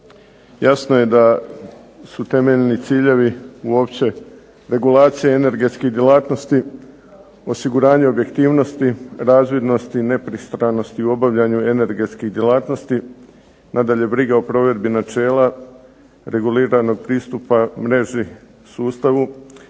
Jasno je da su temeljni ciljevi uopće regulacije energetskih djelatnosti, osiguranje objektivnosti, razvidnosti, nepristranosti u obavljanju energetskih djelatnosti, nadalje briga o provedbi načela, reguliranog pristupa mreži sustavu,